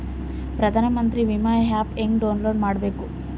ಪ್ರಧಾನಮಂತ್ರಿ ವಿಮಾ ಆ್ಯಪ್ ಹೆಂಗ ಡೌನ್ಲೋಡ್ ಮಾಡಬೇಕು?